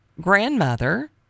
grandmother